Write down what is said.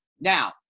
Now